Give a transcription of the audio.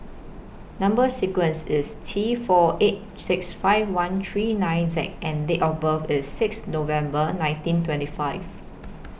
Number sequence IS T four eight six five one three nine Z and Date of birth IS six November nineteen twenty five